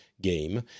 game